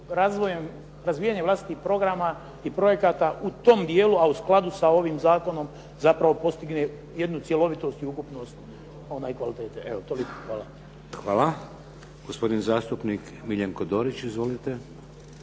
razvijanjem vlastitih programa i projekata u tom dijelu, a u skladu sa ovim zakonom zapravo postigne jednu cjelovitost i ukupnost kvalitete. Evo toliko. Hvala. **Šeks, Vladimir (HDZ)** Hvala. Gospodin zastupnik Miljenko Dorić. Izvolite.